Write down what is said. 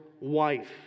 wife